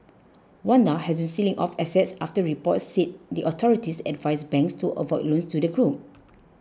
Wanda has been selling off assets after reports said the authorities advised banks to avoid loans to the group